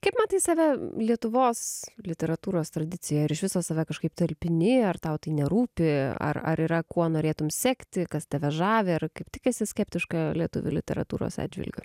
kaip matai save lietuvos literatūros tradicijoj ar iš viso save kažkaip talpini ar tau tai nerūpi ar ar yra kuo norėtum sekti kas tave žavi ar kaip tik esi skeptiška lietuvių literatūros atžvilgiu